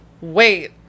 Wait